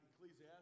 Ecclesiastes